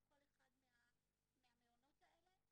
על כל אחד מהמעונות האלה,